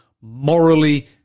morally